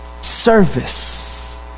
Service